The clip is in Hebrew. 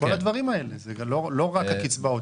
כל הדברים האלה, זה לא רק הקצבאות.